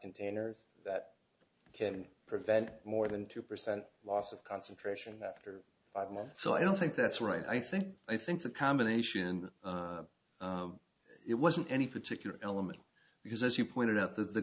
containers that can prevent more than two percent loss of concentration after five months so i don't think that's right i think i think the combination and it wasn't any particular element because as you pointed out t